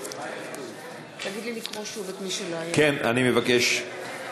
אני מבקש.